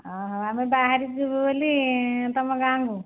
ଆମେ ବହାରିଛୁ ଯିବୁ ବୋଲି ତୁମ ଗାଆଁକୁ